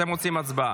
אתם רוצים הצבעה.